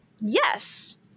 yes –